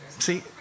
See